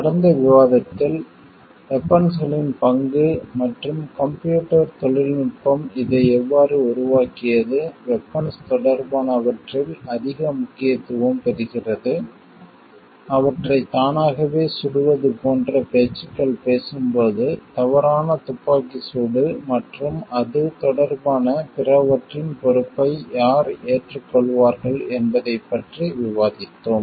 கடந்த விவாதத்தில் வெபன்ஸ்களின் பங்கு மற்றும் கம்ப்யூட்டர் தொழில்நுட்பம் இதை எவ்வாறு உருவாக்கியது வெபன்ஸ் தொடர்பானவற்றில் அதிக முக்கியத்துவம் பெறுகிறது அவற்றை தானாகவே சுடுவது போன்ற பேச்சுக்கள் பேசும்போது தவறான துப்பாக்கிச் சூடு மற்றும் அது தொடர்பான பிறவற்றின் பொறுப்பை யார் ஏற்றுக்கொள்வார்கள் என்பதைப் பற்றி விவாதித்தோம்